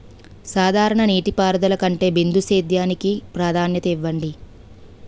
సాధారణ నీటిపారుదల కంటే బిందు సేద్యానికి ప్రాధాన్యత ఇవ్వండి